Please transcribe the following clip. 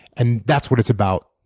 and that's what it's about,